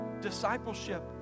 Discipleship